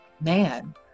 man